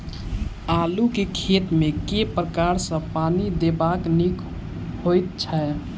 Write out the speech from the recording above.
आलु केँ खेत मे केँ प्रकार सँ पानि देबाक नीक होइ छै?